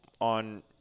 on